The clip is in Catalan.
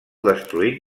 destruït